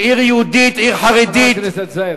שהיא עיר יהודית, עיר חרדית, חבר הכנסת זאב.